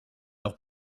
leur